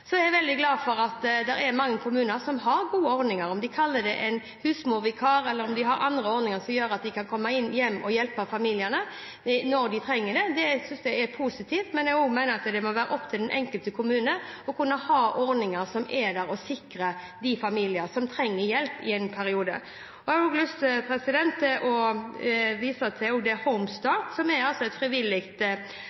Så er jeg veldig glad for at det er mange kommuner som har gode ordninger. Om de kaller det husmorvikar, eller om de har andre ordninger som gjør at noen kan komme hjem og hjelpe familier når de trenger det, synes jeg det er positivt, men jeg mener også at det må være opp til den enkelte kommune å ha ordninger som sikrer de familiene som trenger hjelp i en periode. Jeg har også lyst til å vise til